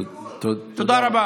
תודה רבה.